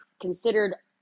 considered